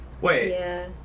wait